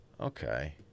Okay